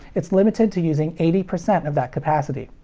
it's limited to using eighty percent of that capacity.